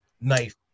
knife